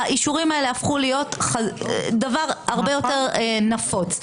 והאישורים האלה הפכו להיות דבר הרבה יותר נפוץ.